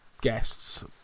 guests